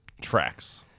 Tracks